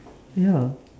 ya